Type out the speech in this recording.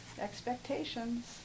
Expectations